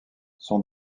sont